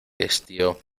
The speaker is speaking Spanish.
estío